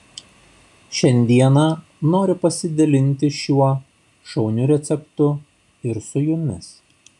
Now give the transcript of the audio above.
šiandieną noriu pasidalinti šiuo šauniu receptu ir su jumis